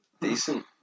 Decent